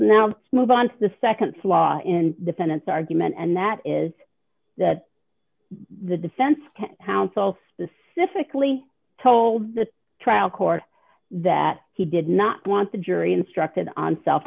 to move on to the nd flaw in defendant's argument and that is that the defense counsel specifically told the trial court that he did not want the jury instructed on self